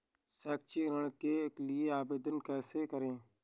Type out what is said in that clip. शैक्षिक ऋण के लिए आवेदन कैसे करें?